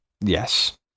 Yes